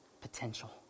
Potential